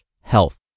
health